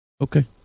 okay